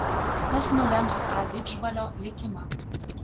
kas nulems a didžbalio likimą